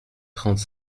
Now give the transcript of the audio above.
trente